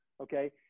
Okay